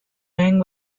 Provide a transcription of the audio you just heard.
rang